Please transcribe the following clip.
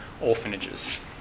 orphanages